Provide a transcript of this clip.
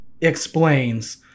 explains